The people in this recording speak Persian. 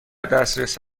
دسترس